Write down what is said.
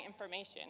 information